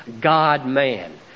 God-man